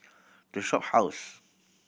The Shophouse